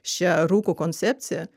šią rūko koncepciją